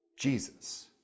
Jesus